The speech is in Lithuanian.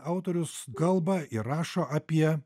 autorius kalba ir rašo apie